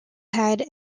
had